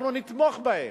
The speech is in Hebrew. אנחנו נתמוך בהם.